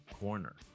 corner